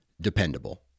dependable